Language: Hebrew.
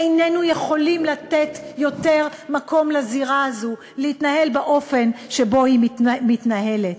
איננו יכולים יותר לתת לזירה הזו להתנהל באופן שבו היא מתנהלת.